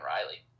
Riley